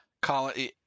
Colin